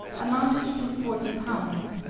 amounted to forty lbs,